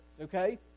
okay